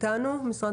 איתנו משרד